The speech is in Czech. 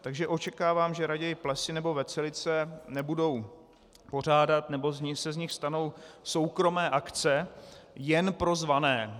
Takže očekávám, že raději plesy nebo veselice nebudou pořádat, nebo se z nich stanou soukromé akce jen pro zvané.